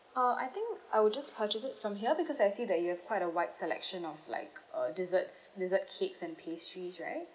uh I think I will just purchase it from here because I see that you have quite a wide selection of like uh desserts dessert cakes and pastries right